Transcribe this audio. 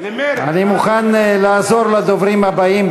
אני מוכן לעזור לדוברים הבאים,